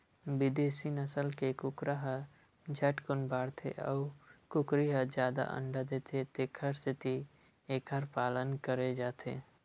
बिदेसी नसल के कुकरा ह झटकुन बाड़थे अउ कुकरी ह जादा अंडा देथे तेखर सेती एखर पालन करे जाथे